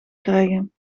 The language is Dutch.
krijgen